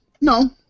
No